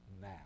now